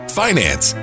finance